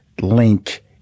link